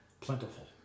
Plentiful